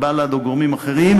בל"ד או גורמים אחרים,